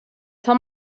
till